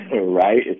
Right